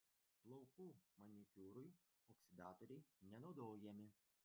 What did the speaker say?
plaukų manikiūrui oksidatoriai nenaudojami